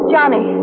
Johnny